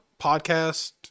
podcast